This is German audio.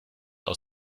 aus